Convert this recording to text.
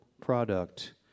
product